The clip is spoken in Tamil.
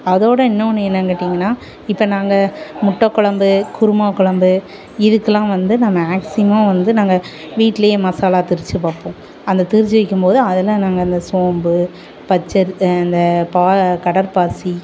அதோடு இன்னொன்று என்னென்னு கேட்டீங்கனா இப்போ நாங்கள் முட்டை கொழம்பு குருமா கொழம்பு இதுக்கெலாம் வந்து நான் மேக்ஸிமம் வந்து நாங்கள் வீட்லேயே மசாலா திரித்து பார்ப்போம் அந்த திரித்து வைக்கும் போது அதில் நாங்கள் அந்த சோம்பு பச்சை இந்த பா கடற் பாசி